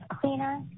cleaner